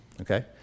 okay